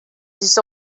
this